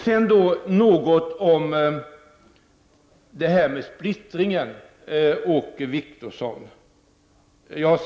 Jag vill sedan säga något till Åke Wictorsson om splittringen.